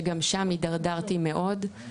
שגם שם התדרדרתי מאוד,